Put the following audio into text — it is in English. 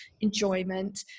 enjoyment